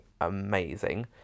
amazing